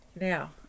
now